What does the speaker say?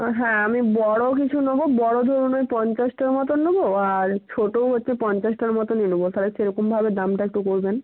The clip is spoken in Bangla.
হ্যাঁ আমি বড় কিছু নেব বড় ধরুন ওই পঞ্চাশটার মতো নেব আর ছোট হচ্ছে পঞ্চাশটার মতোই নেব তাহলে সেরকমভাবে দামটা একটু করবেন